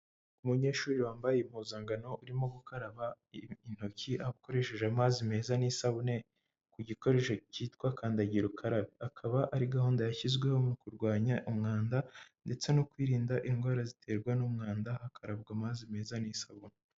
Umunyeshuri wambaye impuzankano urimo gukaraba intoki akoresheje amazi meza n'isabune, ku gikoresho cyitwa kandagirakara, Ikaba ari gahunda yashyizweho mu kurwanya umwanda ndetse no kwirinda indwara ziterwa n'umwanda hakarabwa amazi meza n'isabune.